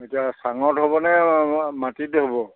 এতিয়া চাঙত হ'ব নে মাটিত হ'ব